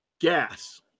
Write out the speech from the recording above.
Gas